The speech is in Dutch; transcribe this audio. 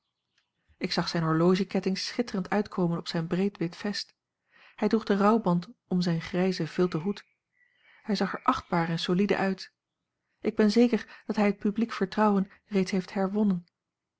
een omweg zijn horlogeketting schitterend uitkomen op zijn breed wit vest hij droeg den rouwband om zijn grijzen vilten hoed hij zag er achtbaar en solide uit ik ben zeker dat hij het publiek vertrouwen reeds heeft herwonnen